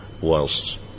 whilst